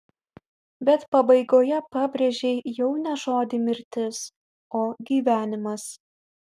bet pabaigoje pabrėžei jau ne žodį mirtis o gyvenimas